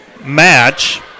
match